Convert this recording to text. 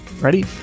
Ready